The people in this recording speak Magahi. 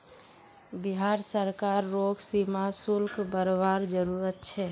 बिहार सरकार रोग सीमा शुल्क बरवार जरूरत छे